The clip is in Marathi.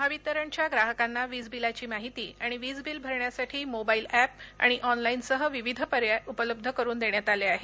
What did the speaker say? महावितरणच्या ग्राहकांना वीजबिलाची माहिती आणि वीजबील भरण्यासाठी मोबाईल एप आणि ऑनलाईनसह विविध पर्याय उपलब्ध करून देण्यात आलेले आहेत